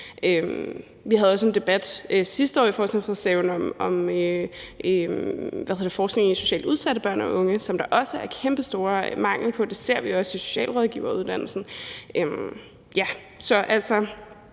Vi havde også en debat sidste år i forbindelse med forskningsreserven om forskning i socialt udsatte børn og unge, som der også er en kæmpestor mangel på. Det ser vi også i socialrådgiveruddannelsen.